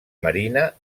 marina